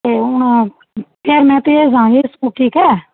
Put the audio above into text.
ਅਤੇ ਹੁਣ ਫਿਰ ਮੈਂ ਭੇਜ ਦੇਵਾਂਗੀ ਸੂਟ ਠੀਕ ਹੈ